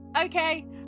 Okay